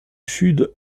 sud